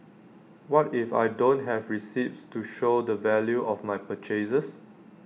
what if I don't have receipts to show the value of my purchases